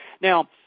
Now